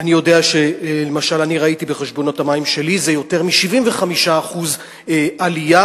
למשל ראיתי בחשבונות המים שלי יותר מ-75% עלייה,